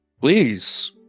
Please